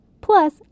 Plus